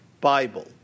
Bible